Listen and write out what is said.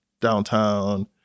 downtown